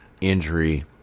injury